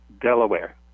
Delaware